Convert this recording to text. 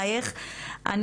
שלומות, אני